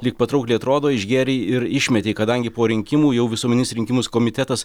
lyg patraukliai atrodo išgėrei ir išmetei kadangi po rinkimų jau visuomeninis rinkimus komitetas